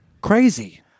crazy